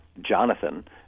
Jonathan